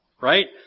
Right